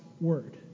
Word